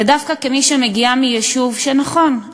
ודווקא כמי שמגיעה מיישוב ש-נכון,